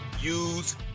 use